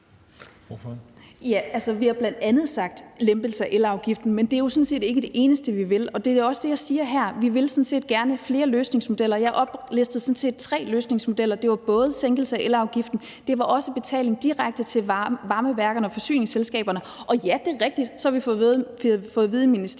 Vi har bl.a. foreslået en lempelse af elafgiften, men det er jo sådan set ikke det eneste, vi vil, og det er også det, jeg siger her – vi vil sådan set gerne have flere løsningsmodeller. Jeg oplistede tre løsningsmodeller: Det var både sænkelse af elafgiften, det var også betaling direkte til varmeværkerne og forsyningsselskaberne – og ja, det er rigtigt, at vi så har fået at vide i ministeriet,